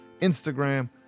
instagram